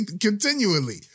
Continually